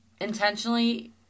intentionally